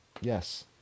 yes